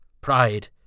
pride